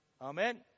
Amen